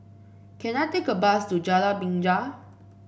can I take a bus to Jalan Binja